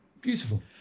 Beautiful